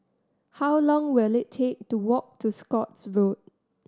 how long will it take to walk to Scotts Road